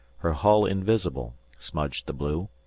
her hull invisible, smudged the blue,